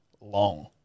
long